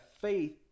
faith